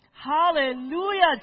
Hallelujah